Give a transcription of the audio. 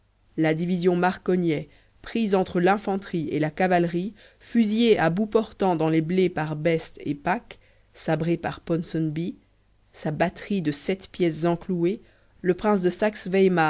la division marcognet prise entre l'infanterie et la cavalerie fusillée à bout portant dans les blés par best et pack sabrée par ponsonby sa batterie de sept pièces enclouée le prince de